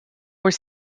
were